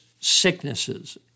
sicknesses